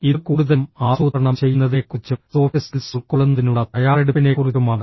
ഇത് കൂടുതലും ആസൂത്രണം ചെയ്യുന്നതിനെക്കുറിച്ചും സോഫ്റ്റ് സ്കിൽസ് ഉൾക്കൊള്ളുന്നതിനുള്ള തയ്യാറെടുപ്പിനെക്കുറിച്ചുമാണ്